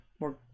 more